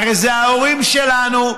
הרי אלה ההורים שלנו,